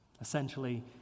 Essentially